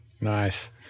Nice